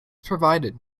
provided